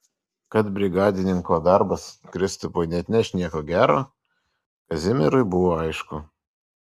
kad brigadininko darbas kristupui neatneš nieko gero kazimierui buvo aišku